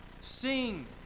sing